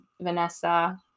vanessa